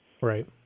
Right